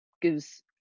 Gives